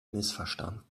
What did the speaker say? missverstanden